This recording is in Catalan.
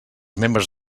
membres